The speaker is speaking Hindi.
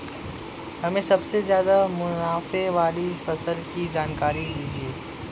हमें सबसे ज़्यादा मुनाफे वाली फसल की जानकारी दीजिए